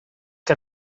qué